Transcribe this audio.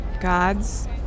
gods